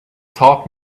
taught